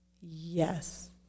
Yes